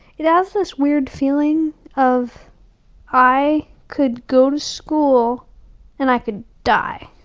it has this weird feeling of i could go to school and i could die.